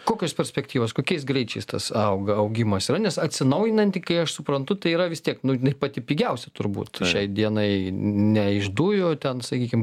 kokios perspektyvos kokiais greičiais tas auga augimas yra nes atsinaujinanti kai aš suprantu tai yra vis tiek nu jinai pati pigiausia turbūt šiai dienai ne iš dujų ten sakykim